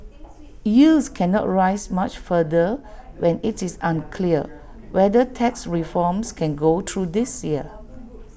yields cannot rise much further when IT is unclear whether tax reforms can go through this year